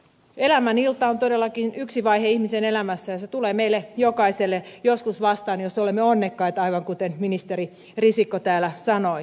elämän ilta on todellakin yksi vaihe ihmisen elämässä ja se tulee meille jokaiselle joskus vastaan jos olemme onnekkaita aivan kuten ministeri risikko täällä sanoi